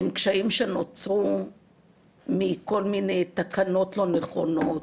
הם קשיים שנוצרו מכל מיני תקנות לא נכונות,